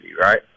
Right